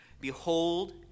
Behold